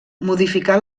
modificà